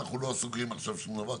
אנחנו לא סוגרים עכשיו שום דבר,